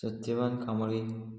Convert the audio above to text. Satyavan Kambli